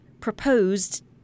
proposed